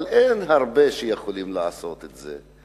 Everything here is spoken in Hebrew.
אין הרבה שיכולים לעשות את זה.